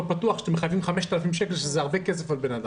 פתוח וקונסים ב-5,000 שקלים שזה הרבה כסף לבן אדם.